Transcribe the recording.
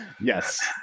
Yes